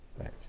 Right